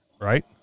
right